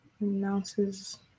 announces